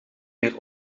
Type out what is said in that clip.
meer